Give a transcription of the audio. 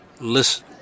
Listen